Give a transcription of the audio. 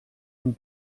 und